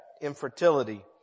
infertility